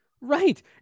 Right